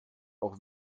auch